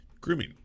grooming